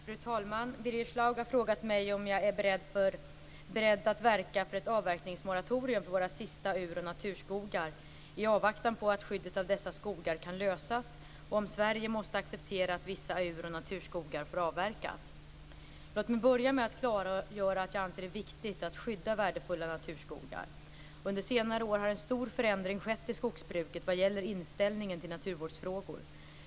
Fru talman! Birger Schlaug har frågat mig om jag är beredd att verka för ett avverkningsmoratorium för våra sista ur och naturskogar i avvaktan på att skyddet av dessa skogar kan lösas, och om Sverige måste acceptera att vissa ur och naturskogar får avverkas. Låt mig börja med att klargöra att jag anser det viktigt att skydda värdefulla naturskogar. Under senare år har en stor förändring skett i skogsbruket vad gäller inställningen till naturvårdsfrågor.